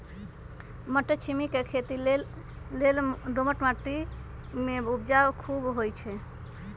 मट्टरछिमि के खेती लेल दोमट माटी में उपजा खुब होइ छइ